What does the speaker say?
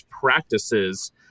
practices